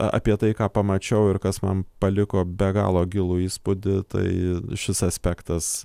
apie tai ką pamačiau ir kas man paliko be galo gilų įspūdį tai šis aspektas